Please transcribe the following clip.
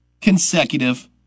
consecutive